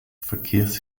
verkehrs